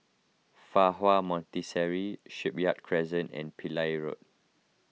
Fa Hua Monastery Shipyard Crescent and Pillai Road